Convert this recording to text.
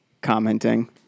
Commenting